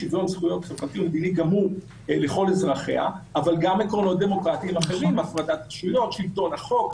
וגם עקרונות דמוקרטיים אחרים - שלטון החוק,